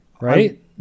right